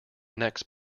next